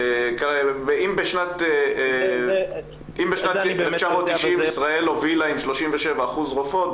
אם בשנת 1990 ישראל הובילה עם 37% רופאות,